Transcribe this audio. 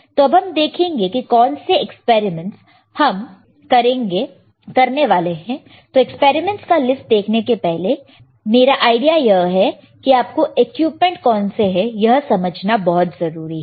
तो अब हम देखेंगे कि कौन से एक्सपेरिमेंट हम करने वाले हैं तो एक्सपेरिमेंट्स का लिस्ट देखने के पहले मेरा आईडिया यह है कि आपको इक्विपमेंट कौन से हैं यह समझना बहुत जरूरी है